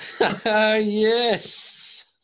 Yes